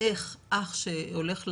איך אח שהולך לאוניברסיטה,